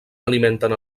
alimenten